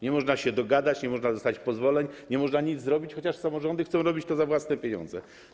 Nie można się dogadać, nie można dostać pozwoleń, nie można nic zrobić, chociaż samorządy chcą robić to za własne pieniądze.